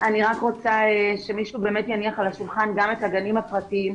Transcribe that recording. רוצה שמישהו יניח על השולחן גם את הגנים הפרטיים.